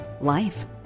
life